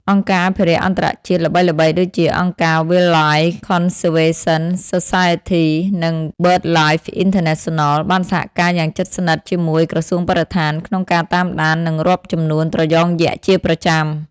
អង្គការអភិរក្សអន្តរជាតិល្បីៗដូចជា អង្គការ Wildlife Conservation Society និង BirdLife International បានសហការយ៉ាងជិតស្និទ្ធជាមួយ ក្រសួងបរិស្ថាន ក្នុងការតាមដាន និងរាប់ចំនួនត្រយងយក្សជាប្រចាំ។